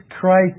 Christ